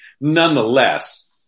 Nonetheless